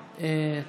תשובה?